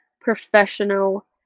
professional